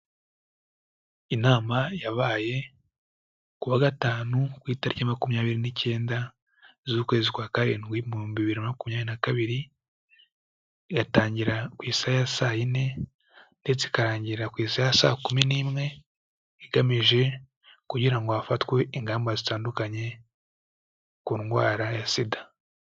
Inama yabaye ku wa Gatanu ku itariki makumyabiri n'icyenda z'ukwezi kwa Karindwi mu bihumbi bibiri na makumyabiri na kabiri, igatangira ku isaha ya saa yine, ndetse ikarangira ku isaha ya saa kumi n'imwe, igamije kugira ngo hafatwe ingamba zitandukanye, ku ndwara ya SIDA.